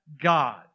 God